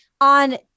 on